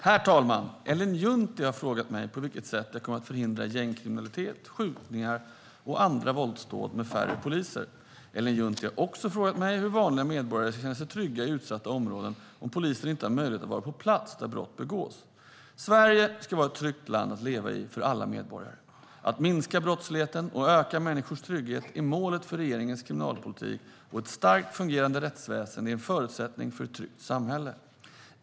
Herr talman! Ellen Juntti har frågat mig på vilket sätt jag kommer att förhindra gängkriminalitet, skjutningar och andra våldsdåd med hjälp av färre poliser. Ellen Juntti har också frågat mig hur vanliga medborgare ska kunna känna sig trygga i utsatta områden om polisen inte har möjlighet att vara på plats där brott begås. Sverige ska vara ett tryggt land att leva i för alla medborgare. Att minska brottsligheten och öka människors trygghet är målet för regeringens kriminalpolitik, och ett starkt och fungerande rättsväsen är en förutsättning för ett tryggt samhälle.